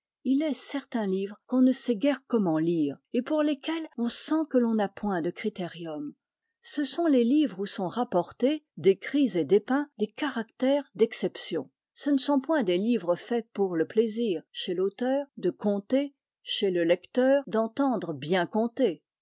il est certains livres qu'on ne sait guère comment lire et pour lesquels on sent que l'on n'a point de critérium ce sont les livres où sont rapportés décrits et dépeints des caractères d'exception ce ne sont point des livres faits pour le plaisir chez l'auteur de conter chez le lecteur d'entendre bien conter